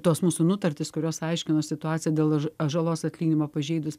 tos mūsų nutartys kurios aiškino situaciją dėl žalos atlyginimo pažeidus